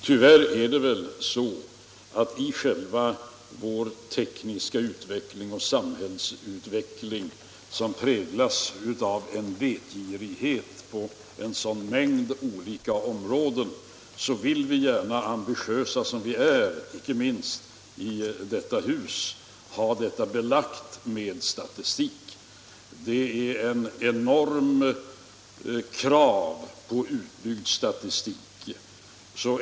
Tyvärr är det väl så att vi, ambitiösa som vi är, i själva vår tekniska utveckling och samhällsutveckling — som präglas av en vetgirighet på en mängd olika områden, icke minst i detta hus — gärna vill ha allt belagt med statistik. Det finns ett enormt krav på utbyggd statistik.